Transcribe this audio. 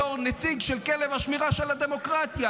בתור נציג של כלב השמירה של הדמוקרטיה.